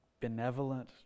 benevolent